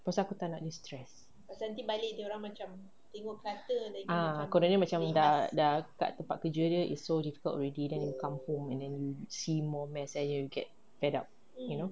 pasal aku tak nak dia stressed ah kononnya macam dah dah tempat kerja is so difficult already then you come home and then you see more mess and you get fed up you know